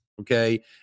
Okay